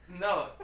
No